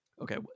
Okay